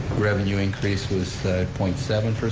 revenue increase was point seven,